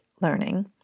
learning